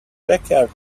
backyard